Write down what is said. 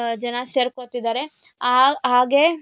ಜನ ಸೇರ್ಕೋತಿದ್ದಾರೆ ಆ ಹಾಗೇ